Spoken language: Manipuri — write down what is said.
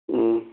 ꯎꯝ